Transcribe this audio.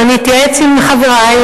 אני אתייעץ עם חברי,